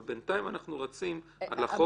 אבל בינתיים אנחנו רצים על החוק.